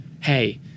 hey